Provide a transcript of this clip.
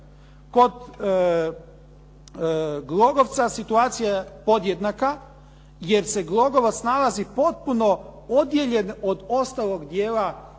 Kod Glogovca situacija je podjednaka, jer se Glogovac nalazi potpuno odijeljen od ostalog dijela